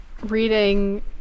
reading